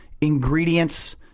ingredients